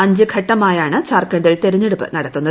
അഞ്ച് ഘട്ടമായാണ് ജാർഖണ്ഡിൽ തെരഞ്ഞെടുപ്പ് നടത്തുന്നത്